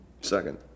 Second